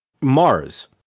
Mars